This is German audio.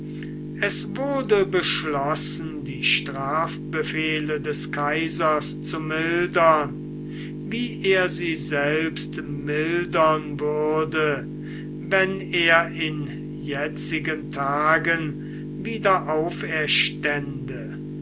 es wurde beschlossen die strafbefehle des kaisers zu mildern wie er sie selbst mildern würde wenn er in jetzigen tagen wieder auferstände